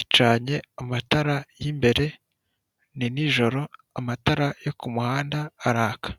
icanye amatara y'imbere ni nijoro amatara yo kumuhanda araka.